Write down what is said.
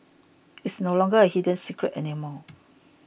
it's no longer a hidden secret anymore